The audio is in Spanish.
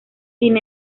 sin